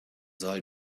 soll